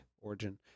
origin